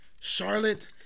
Charlotte